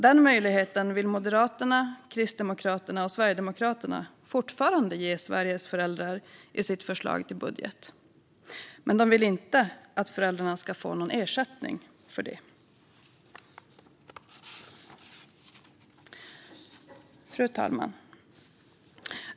Den möjligheten vill Moderaterna, Kristdemokraterna och Sverigedemokraterna fortfarande ge Sveriges föräldrar i sitt förslag till budget. Men de vill inte att föräldrarna ska få någon ersättning för det. Fru talman!